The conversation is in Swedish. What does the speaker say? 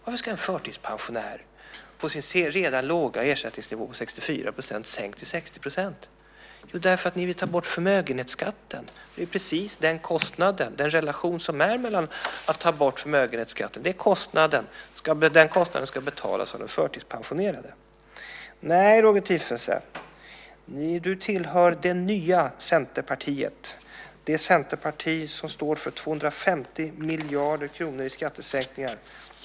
Varför ska en förtidspensionär få se sin redan låga ersättningsnivå på 64 % sänkt till 60 %? Jo, därför att ni vill ta bort förmögenhetsskatten! Det är ju precis det som det kostar att ta bort förmögenhetsskatten. Den kostnaden ska betalas av de förtidspensionerade. Nej, Roger Tiefensee, du tillhör det nya Centerpartiet, det centerparti som står för 250 miljarder kronor i skattesänkningar.